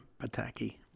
Pataki